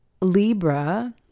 libra